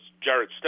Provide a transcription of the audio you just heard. Jared